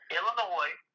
Illinois